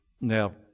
Now